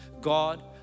God